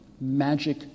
Magic